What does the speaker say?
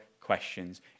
questions